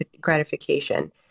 gratification